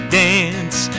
dance